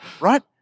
Right